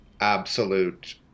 absolute